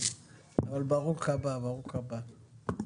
אבל ברוך הבא, ברוך הבא.